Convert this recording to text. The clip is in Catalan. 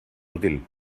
útil